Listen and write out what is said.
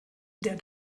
der